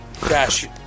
Crash